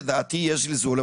לדעתי יש זלזול,